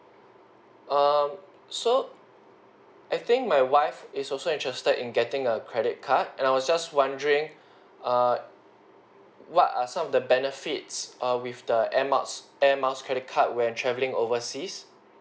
um so I think my wife is also interested in getting a credit card and I was just wandering err what are some of the benefits err with the airmiles airmiles credit card when traveling overseas